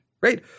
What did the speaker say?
right